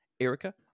Erica